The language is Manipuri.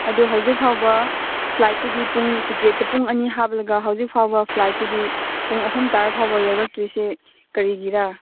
ꯑꯗꯨ ꯍꯧꯖꯤꯛ ꯐꯥꯎꯕ ꯐ꯭ꯂꯥꯏꯠꯇꯨꯗꯤ ꯄꯨꯡ ꯇꯤꯀꯦꯠꯇ ꯄꯨꯡ ꯑꯅꯤ ꯍꯥꯞꯂꯒ ꯍꯧꯖꯤꯛ ꯐꯥꯎꯕ ꯐ꯭ꯂꯥꯏꯠꯇꯨꯗꯤ ꯄꯨꯡ ꯑꯍꯨꯝ ꯇꯥꯔꯐꯥꯎꯕ ꯌꯧꯔꯀꯇ꯭ꯔꯤꯁꯦ ꯀꯔꯤꯒꯤꯔꯥ